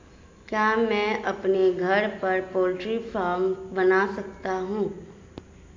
क्या मैं अपने घर पर पोल्ट्री फार्म बना सकता हूँ?